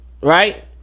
right